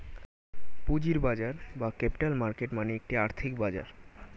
পুঁজির বাজার বা ক্যাপিটাল মার্কেট মানে একটি আর্থিক বাজার